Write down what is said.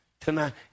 tonight